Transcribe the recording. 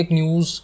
news